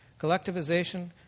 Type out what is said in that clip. Collectivization